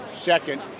second